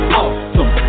awesome